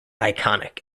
iconic